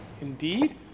indeed